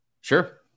Sure